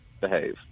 behave